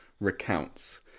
recounts